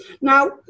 now